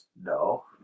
No